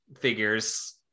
figures